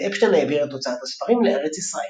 לוין אפשטיין העביר את הוצאת הספרים לארץ ישראל.